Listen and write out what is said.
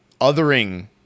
othering